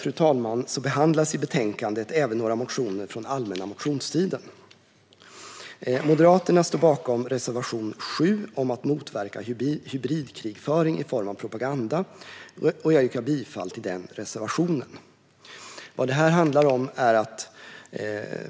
Härutöver behandlas i betänkandet även några motioner från allmänna motionstiden. Moderaterna står bakom reservation 7 om att motverka hybridkrigföring i form av propaganda, och jag yrkar bifall till den reservationen.